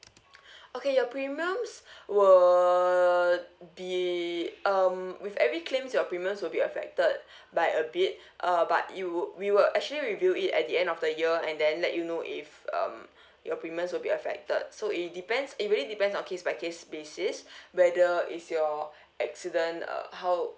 okay your premiums will be um with every claims your premiums will be affected by a bit uh but you we will actually review it at the end of the year and then let you know if um your premiums will be affected so it depends it really depends on case by case basis whether is your accident uh how